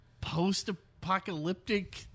Post-apocalyptic